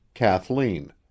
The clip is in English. Kathleen